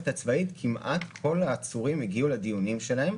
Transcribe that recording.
הוראות סעיף 25 יחולו לעניין השתתפות כלוא בדיון מעצר בתקופה